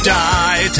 die